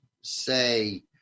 say